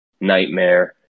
Nightmare